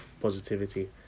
positivity